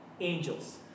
Angels